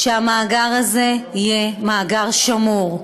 שהמאגר הזה יהיה מאגר שמור,